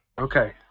Okay